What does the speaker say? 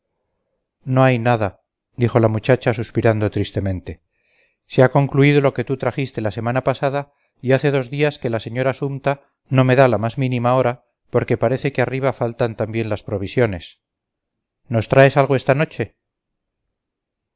no hay nada dijo la muchacha suspirando tristemente se ha concluido lo que tú trajiste la semana pasada y hace dos días que la señora sumta no me da la más mínima hora porque parece que arriba faltan también las provisiones nos traes algo esta noche